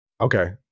Okay